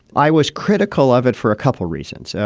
i was critical of it for a couple of reasons. so